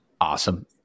Awesome